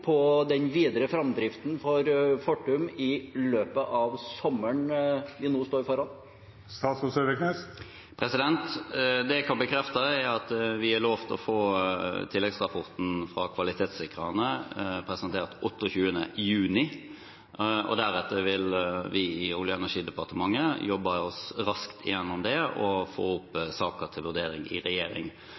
på den videre framdriften for Fortum i løpet av sommeren vi nå står foran? Det jeg kan bekrefte, er at vi er lovet å få tilleggsrapporten fra kvalitetssikrerne presentert 28. juni. Deretter vil vi i Olje- og energidepartementet jobbe oss raskt gjennom den og få saken opp til vurdering i